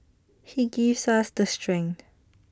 he gives us the strength